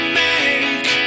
make